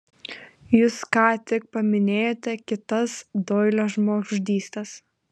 jūs ką tik paminėjote kitas doilio žmogžudystes